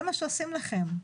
זה מה שעושים לכם.